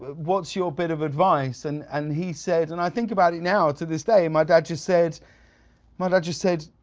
what's your bit of advice? and and he said and i think about it now to this day, and my dad just said my dad just said,